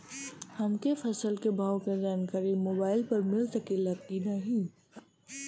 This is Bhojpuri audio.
हमके फसल के भाव के जानकारी मोबाइल पर मिल सकेला की ना?